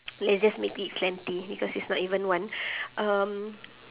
let's just make it plenty because it's not even one um